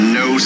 no